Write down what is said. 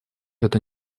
это